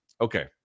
Okay